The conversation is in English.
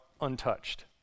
untouched